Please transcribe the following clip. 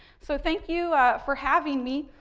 so, thank you for having me.